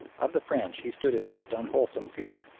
of the french he stood in most unwholesome fear,